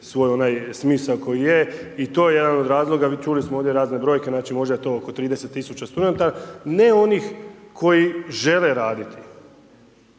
svoj onaj smisao koji je, i to je jedan od razloga, čuli smo ovdje razne brojke znači možda je to oko 30 tisuća studenta, ne onih koji žele raditi,